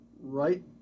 right